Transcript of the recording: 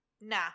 nah